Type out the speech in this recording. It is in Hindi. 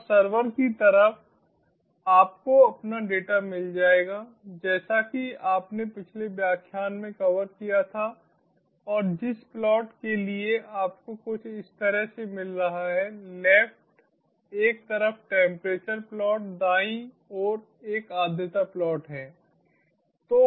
और सर्वर की तरफ आपको अपना डेटा मिल जाएगा जैसा कि आपने पिछले व्याख्यान में कवर किया था और जिस प्लॉट के लिए आपको कुछ इस तरह से मिल रहा है लेफ्ट एक तरफ टेम्परेचर प्लॉट दाईं ओर एक आर्द्रता प्लॉट है